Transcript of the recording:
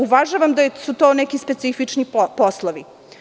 Uvažavam da su to neki specifični poslovi.